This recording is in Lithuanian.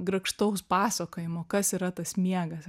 grakštaus pasakojimo kas yra tas miegas